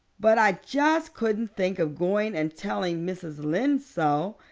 but i just couldn't think of going and telling mrs. lynde so.